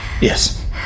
Yes